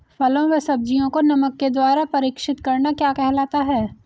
फलों व सब्जियों को नमक के द्वारा परीक्षित करना क्या कहलाता है?